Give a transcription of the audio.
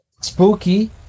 Spooky